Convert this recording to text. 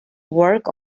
work